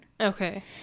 Okay